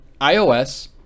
iOS